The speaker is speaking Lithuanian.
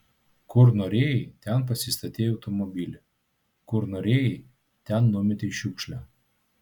kur norėjai ten pasistatei automobilį kur norėjai ten numetei šiukšlę